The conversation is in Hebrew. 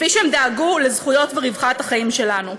כפי שהם דאגו לזכויות ולרווחת החיים שלנו.